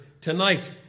tonight